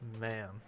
man